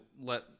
let